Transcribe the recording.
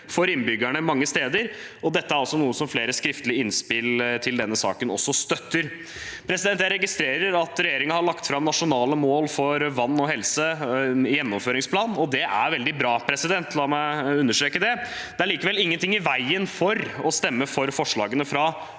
for innbyggerne mange steder. Dette er noe flere skriftlige innspill til denne saken også støtter. Jeg registrerer at regjeringen har lagt fram nasjonale mål for vann og helse, og at det er utarbeidet en gjennomføringsplan, og det er veldig bra, la meg understreke det. Det er likevel ingenting i veien for å stemme for forslagene fra